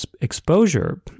exposure